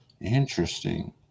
interesting